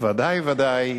ודאי וודאי